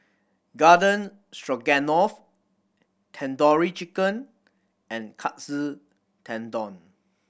Garden Stroganoff Tandoori Chicken and Katsu Tendon